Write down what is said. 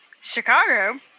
Chicago